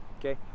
okay